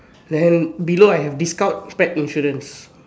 then below I have discount pack insurance